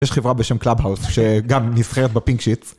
יש חברה בשם Clubhouse, שגם נסחרת בפינק שיט.